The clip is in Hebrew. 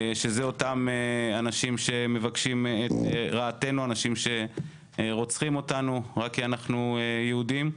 שאלה אותם אנשים שמבקשים את רעתנו ורוצחים אותנו רק כי אנחנו יהודים.